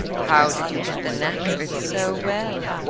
how did you get the knack of it so well?